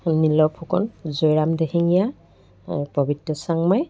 Niloy Phukan Joyram Dihingia Pabitra Changmai